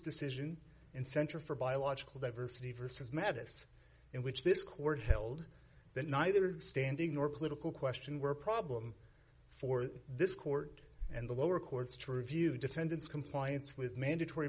decision and center for biological diversity versus madis in which this court held that neither the standing nor political question were a problem for this court and the lower courts to review defendants compliance with mandatory